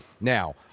Now